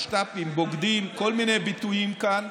"משת"פים", "בוגדים" כל מיני ביטויים כאן,